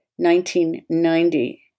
1990